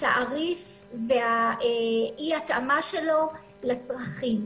התעריף ואי ההתאמה שלו לצרכים.